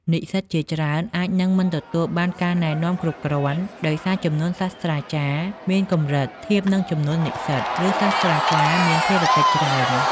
និស្សិតជាច្រើនអាចនឹងមិនទទួលបានការណែនាំគ្រប់គ្រាន់ ដោយសារចំនួនសាស្ត្រាចារ្យមានកម្រិតធៀបនឹងចំនួននិស្សិត ឬសាស្ត្រាចារ្យមានភារកិច្ចច្រើន។